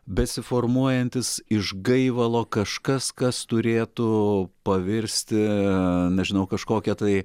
besiformuojantis iš gaivalo kažkas kas turėtų pavirsti nežinau kažkokia tai